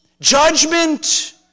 Judgment